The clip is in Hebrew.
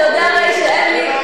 אתה יודע אבל שאין לי,